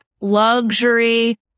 luxury